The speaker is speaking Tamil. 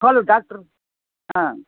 hello doctor ah